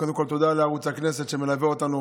קודם כול תודה לערוץ הכנסת שמלווה אותנו,